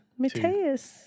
Mateus